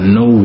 no